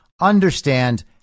understand